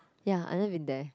ya I never been there